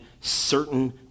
certain